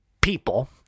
people